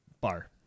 bar